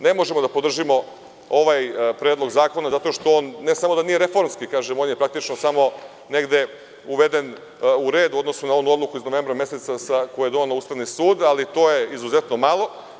Ne možemo da podržimo ovaj predlog zakona zato što on, ne samo da nije reformski, već je praktično samo negde uveden u red u odnosu na onu odluku iz novembra meseca koju je doneo Ustavni sud, ali to je izuzetno malo.